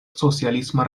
socialisma